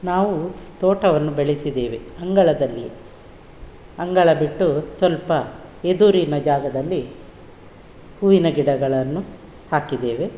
ನಾವು ತೋಟವನ್ನು ಬೆಳೆಸಿದ್ದೇವೆ ಅಂಗಳದಲ್ಲಿ ಅಂಗಳ ಬಿಟ್ಟು ಸ್ವಲ್ಪ ಎದುರಿನ ಜಾಗದಲ್ಲಿ ಹೂವಿನ ಗಿಡಗಳನ್ನು ಹಾಕಿದ್ದೇವೆ